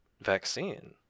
vaccine